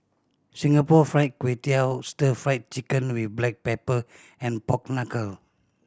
Singapore Fried Kway Tiao Stir Fried Chicken with black pepper and pork knuckle